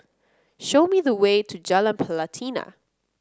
show me the way to Jalan Pelatina